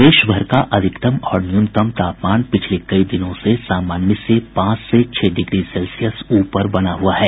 प्रदेशभर का अधिकतम और न्यूनतम तापमान पिछले कई दिनों से सामान्य से पांच से छह डिग्री सेल्सियस ऊपर बना हुआ है